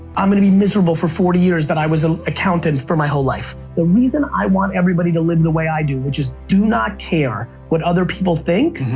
i'm gonna be miserable for forty years that i was an accountant for my whole life. the reason i want everybody to live the way i do which is do not care what other people think,